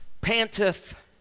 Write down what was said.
panteth